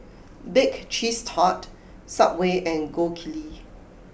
Bake Cheese Tart Subway and Gold Kili